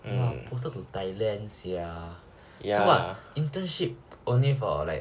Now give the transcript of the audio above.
!wah! posted to thailand so what internship only for like